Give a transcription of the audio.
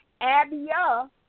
Abia